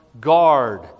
guard